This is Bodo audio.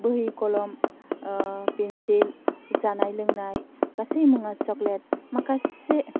बहि खलम पेन्सिल जानाय लोंनाय गासै मुवा सक्लेट माखासे